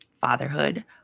fatherhood